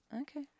Okay